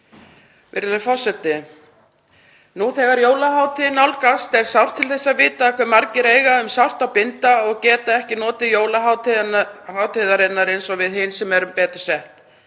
Virðulegur forseti. Nú þegar jólahátíðin nálgast er sárt til þess að vita hve margir eiga um sárt að binda og geta ekki notið jólahátíðarinnar eins og við hin sem erum betur sett.